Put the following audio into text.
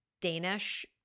Danish